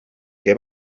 que